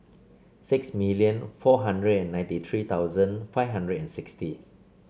six million four hundred and ninety three thousand five hundred and sixty